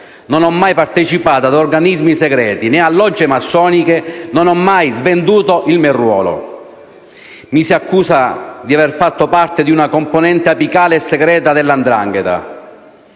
non ho mai partecipato a organismi segreti, né a logge massoniche e non ho mai svenduto il mio ruolo. Mi si accusa di aver fatto parte di una componente apicale e segreta della 'ndrangheta,